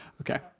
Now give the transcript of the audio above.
Okay